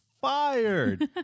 fired